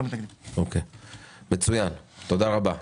תודה רבה.